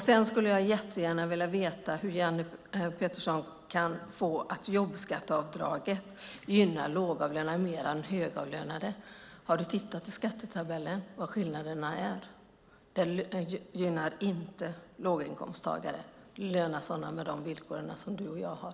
Jag skulle jättegärna vilja veta hur Jenny Petersson kan få det till att jobbskatteavdraget gynnar lågavlönade mer än högavlönade. Har du tittat i skattetabellen vad skillnaderna är? Det gynnar inte låginkomsttagare. Det gynnar sådana med de villkor som du och jag har.